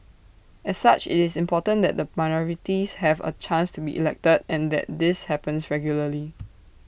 as such IT is important that the minorities have A chance to be elected and that this happens regularly